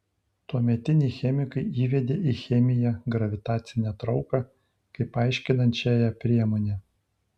tuometiniai chemikai įvedė į chemiją gravitacinę trauką kaip aiškinančiąją priemonę